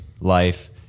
life